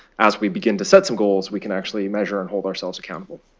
as we begin to set some goals, we can actually measure and hold ourselves accountable.